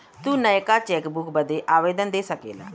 तू नयका चेकबुक बदे आवेदन दे सकेला